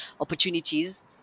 opportunities